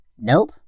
Nope